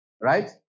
right